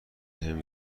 بهم